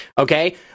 Okay